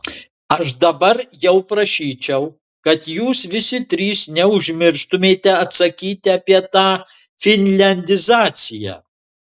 aš dabar jau prašyčiau kad jūs visi trys neužmirštumėte atsakyti apie tą finliandizaciją